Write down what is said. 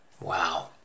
Wow